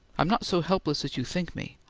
i'm not so helpless as you think me.